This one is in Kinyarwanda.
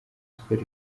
sport